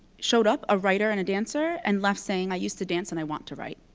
showed up a writer and a dancer, and left saying, i used to dance and i want to write.